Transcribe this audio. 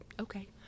okay